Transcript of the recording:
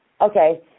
okay